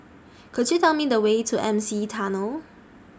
Could YOU Tell Me The Way to M C E Tunnel